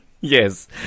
Yes